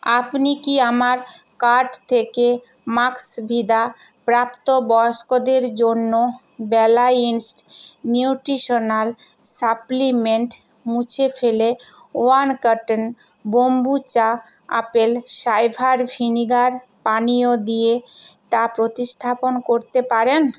আপনি কি আমার কার্ট থেকে ম্যাক্সভিডা প্রাপ্তবয়স্কদের জন্য ব্যালান্সড নিউট্রিশনাল সাপ্লিমেন্ট মুছে ফেলে ওয়ান কার্টন বোম্বুচা আপেল সাইডার ভিনিগার পানীয় দিয়ে তা প্রতিস্থাপন করতে পারেন